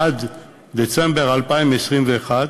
עד דצמבר 2021,